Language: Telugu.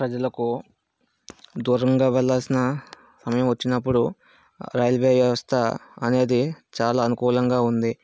ప్రజలకు దూరంగా వెళ్ళాల్సిన సమయం వచ్చినప్పుడు రైల్వే వ్యవస్థ అనేది చాలా అనుకూలంగా ఉంది